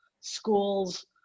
schools